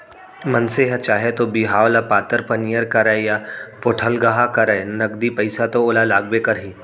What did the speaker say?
मनसे ह चाहे तौ बिहाव ल पातर पनियर करय या पोठलगहा करय नगदी पइसा तो ओला लागबे करही